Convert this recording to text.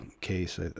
case